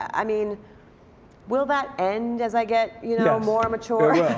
i mean will that end as i get you know more mature?